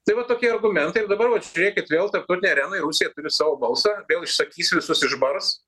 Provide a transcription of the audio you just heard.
tai va tokie argumentai ir dabar vat žiūrėkit vėl tarptautinėj arenoj rusija turi savo balsą vėl išsakys visus išbars